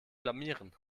blamieren